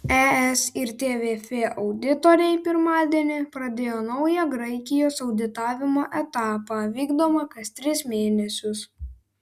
es ir tvf auditoriai pirmadienį pradėjo naują graikijos auditavimo etapą vykdomą kas tris mėnesius